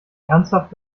ernsthaft